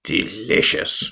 Delicious